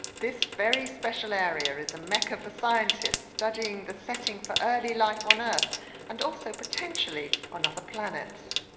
this very special area is a mecca for scientists studying the setting for early life on earth and also potentially on other planets.